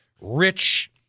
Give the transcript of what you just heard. rich